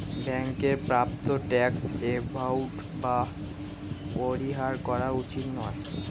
ব্যাংকের প্রাপ্য tax avoid বা পরিহার করা উচিত নয়